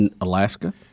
Alaska